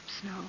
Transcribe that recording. Snow